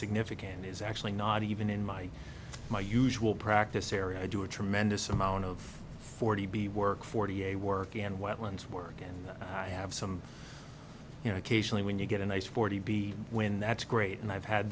significant and is actually not even in my my usual practice area i do a tremendous amount of forty b work forty a work and wetlands work and i have some you know occasionally when you get a nice forty b when that's great and i've had